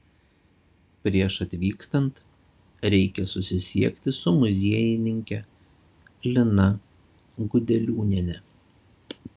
prieš atvykstant reikia susisiekti su muziejininke lina gudeliūniene